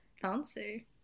Fancy